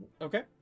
Okay